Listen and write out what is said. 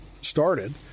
started